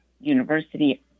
university